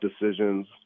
decisions